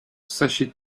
sachez